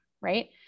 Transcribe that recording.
right